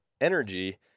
energy